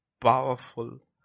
powerful